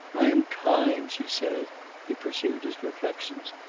i am kind, she says he pursued his reflections.